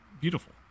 beautiful